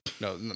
No